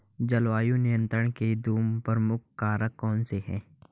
जलवायु नियंत्रण के दो प्रमुख कारक कौन से हैं?